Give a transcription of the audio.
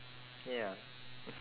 ya